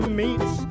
meets